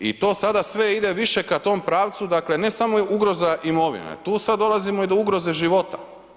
I to sve ide više ka tom pravcu, dakle ne samo ugroza imovine, tu sada dolazimo i do ugroze života.